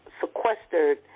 sequestered